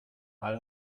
all